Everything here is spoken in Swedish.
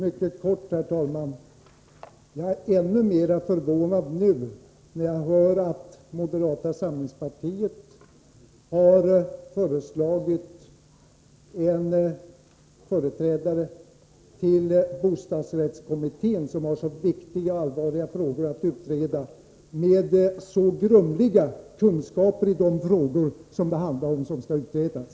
Herr talman! Jag är ännu mera förvånad nu när jag hör att moderata samlingspartiet har föreslagit en företrädare till bostadsrättskommittén, som har så viktiga och allvarliga frågor att utreda, med så grumliga kunskaper i de frågor som skall utredas.